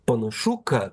panašu kad